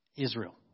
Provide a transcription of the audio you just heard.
Israel